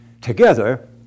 Together